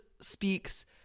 speaks